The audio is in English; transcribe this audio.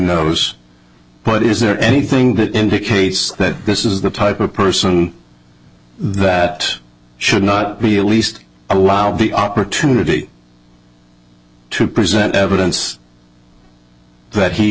knows but is there anything that indicates that this is the type of person that should not be at least allowed the opportunity to present evidence that he